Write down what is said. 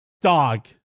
dog